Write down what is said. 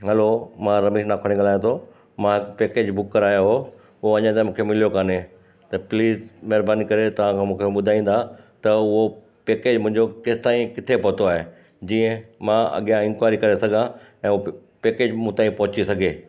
हलो मां रमेश नागवाणी ॻाल्हायां थो मां पैकेज बुक करायो हो उहो अञा ताईं मूंखे मिलियो कान्हे त प्लीज़ महिरबानी करे तव्हां मूंखे ॿुधाईंदा त उहो पैकेज़ मुंहिंजो केसिताईं किथे पहुतो आहे जीअं मां अॻियां इंक्वाएरी करे सघां ऐं हू पैकेज मूं ताईं पहुची सघे